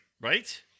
Right